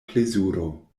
plezuro